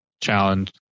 challenge